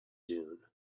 dune